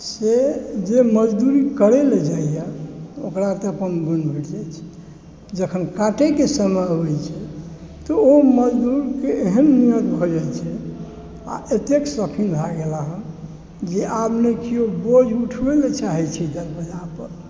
से जे मजदुरी करै लए जाइया ओकरा तऽ अपन बोनि भेट जाइ छै जखन काटैके समय अबै छै तऽ ओ मजदुरके एहन नियत भए जाइ छै आ एतेक शौखिन भए गेला हँ जे आब नहि किओ बोझ उठबै ला चाहै छै दरवाजा पर